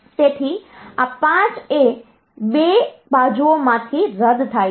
તેથી આ 5 એ 2 બાજુઓમાંથી રદ થાય છે